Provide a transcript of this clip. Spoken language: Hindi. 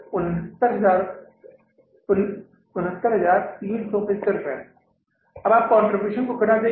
869375 रुपये का मूल्य अब आप कंट्रीब्यूशन को घटा देंगे